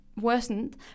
worsened